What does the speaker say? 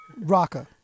Raka